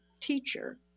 teacher